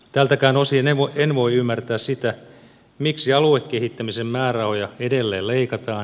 tältäkään osin en voi ymmärtää sitä miksi aluekehittämisen määrärahoja edelleen leikataan